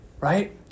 right